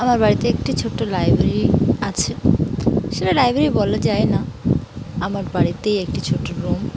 আমার বাড়িতে একটি ছোটো লাইব্রেরি আছে সেটা লাইব্রেরি বলা যায় না আমার বাড়িতেই একটি ছোটো রুম